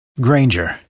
Granger